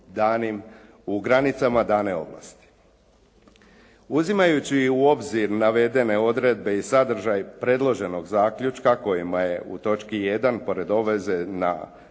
Uzimajući u obzir navedene odredbe i sadržaje predloženog zaključka kojima je u točki 1 pored obveze na dopunu